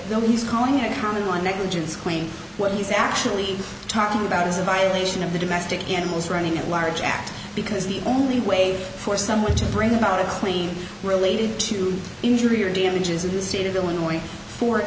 is calling a common law negligence claim what he's actually talking about is a violation of the domestic animals running at large act because the only way for someone to bring about a clean related to injury or damages in the state of illinois for